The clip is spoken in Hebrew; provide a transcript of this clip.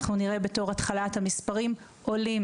אנחנו נראה בתור התחלה את המספרים עולים.